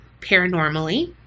paranormally